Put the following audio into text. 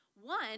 One